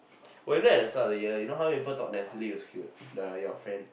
oh you know at the start of the year you know how people thought Natalie was cute the your friend